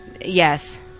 Yes